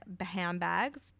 handbags